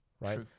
right